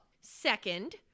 Second